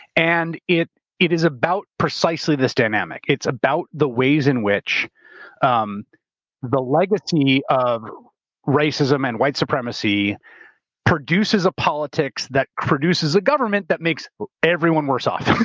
and it it is about precisely this dynamic. it's about the ways in which um the legacy of racism and white supremacy produces a politics that produces a government that makes everyone worse off.